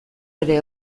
ere